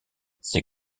ces